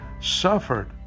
suffered